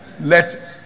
Let